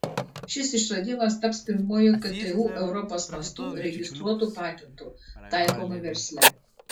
šis išradimas taps pirmuoju ktu europos mastu registruotu patentu taikomu versle